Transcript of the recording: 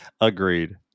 Agreed